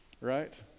right